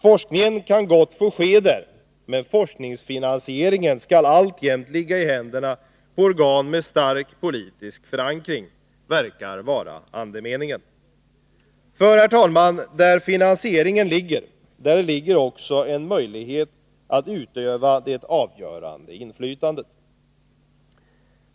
Forskningen kan gott få ske där, men forskningsfinansieringen skall alltjämt ligga i händerna på organ med stark politisk förankring, verkar vara andemeningen. För, herr talman, där finansieringen ligger, där finns också en möjlighet att utöva det avgörande inflytandet.